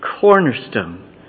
cornerstone